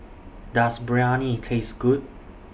Does Biryani Taste Good